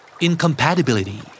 Incompatibility